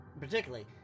particularly